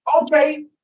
Okay